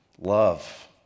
Love